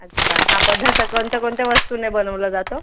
अच्छा हा पदार्थ कोणत्या कोणत्या वस्तूने बनवला जातो